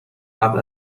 قبل